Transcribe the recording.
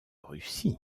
russie